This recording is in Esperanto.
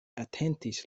atentis